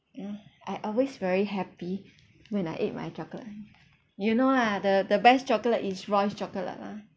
ya I always very happy when I ate my chocolate you know lah the the best chocolate is Royce chocolate lah